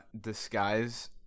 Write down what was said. disguise